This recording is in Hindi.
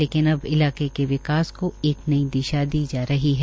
लेकिन अब इलाके के विकास को एक नई दिशा दी जा रही है